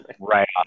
right